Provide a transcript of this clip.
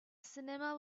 cinema